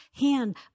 hand